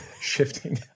shifting